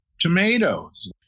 tomatoes